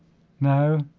no